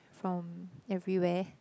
from everywhere